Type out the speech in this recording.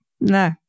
no